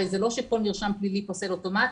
הרי זה לא שכל מרשם פלילי פוסל אוטומטית,